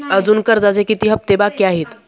अजुन कर्जाचे किती हप्ते बाकी आहेत?